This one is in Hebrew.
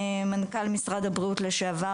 מנכ"ל משרד הבריאות לשעבר,